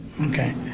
okay